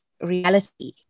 reality